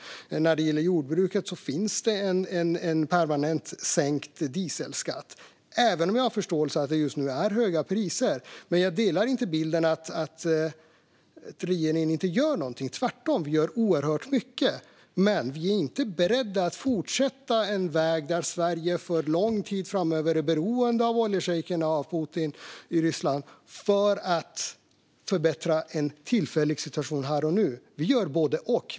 När det gäller jordbruket finns det en permanent sänkt dieselskatt. Även om jag har förståelse för att det just nu är höga priser delar jag inte bilden att regeringen inte gör någonting. Tvärtom gör vi oerhört mycket. Men vi är inte beredda att fortsätta på en väg där Sverige för lång tid framöver är beroende av oljeschejkerna och Putin i Ryssland för att förbättra en tillfällig situation här och nu. Vi gör både och.